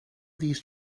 these